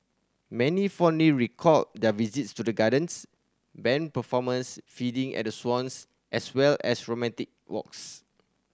many fondly recalled their visit to the gardens band performances feeding at the swans as well as romantic walks